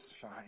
shine